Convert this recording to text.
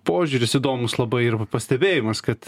požiūris įdomus labai pastebėjimas kad